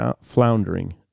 floundering